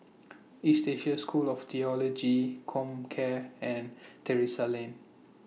East Asia School of Theology Comcare and Terrasse Lane